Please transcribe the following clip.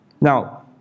Now